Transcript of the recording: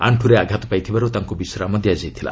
ଆଣ୍ଟରେ ଆଘାତ ପାଇଥିବାରୁ ତାଙ୍କୁ ବିଶ୍ରାମ ଦିଆଯାଇଥିଲା